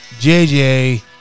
JJ